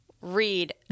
read